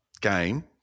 game